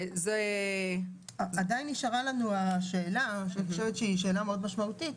עדיין נשארה לנו השאלה שהיא מאוד משמעותית,